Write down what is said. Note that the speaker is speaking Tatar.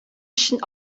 өчен